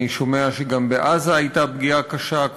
אני שומע שגם בעזה הייתה פגיעה קשה,